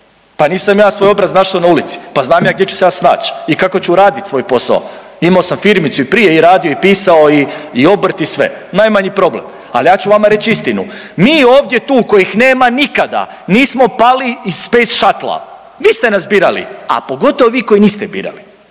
pa nisam ja svoj obraz našao na ulici, pa znam ja gdje ću se ja snać i kako ću radit svoj posao. Imao sam firmicu i prije i radio i pisao i, i obrt i sve, najmanji problem, al ja ću vama reć istinu. Mi ovdje tu kojih nema nikada nismo pali iz Space Shuttlea, vi ste nas birali, a pogotovo vi koji niste birali